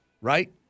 right